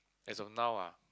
as of now ah